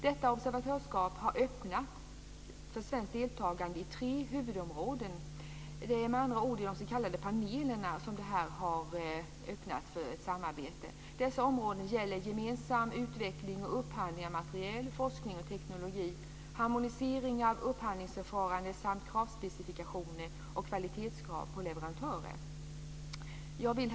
Detta observatörskap har öppnat möjligheterna för svenskt deltagande på tre huvudområden. Det är med andra ord i de s.k. panelerna som möjligheter till ett samarbete öppnats. Områdena är gemensam utveckling och upphandling av materiel, forskning och teknologi, harmonisering av upphandlingsförfaranden samt kravspecifikationer och kvalitetskrav på leverantörer. Herr talman!